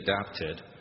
adapted